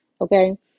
Okay